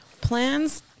Plans